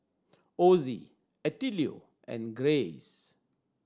Ossie Attilio and Grayce